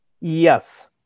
Yes